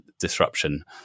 disruption